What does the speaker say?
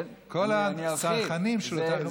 זה כל, כל הצרכנים של אותה חברה.